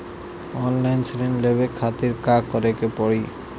Online ऋण लेवे के खातिर का करे के पड़ी?